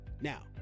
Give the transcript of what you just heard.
Now